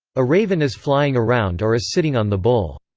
a raven is flying around or is sitting on the bull.